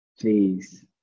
Please